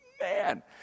man